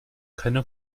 keine